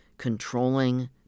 controlling